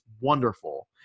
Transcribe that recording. wonderful